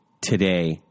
today